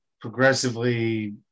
progressively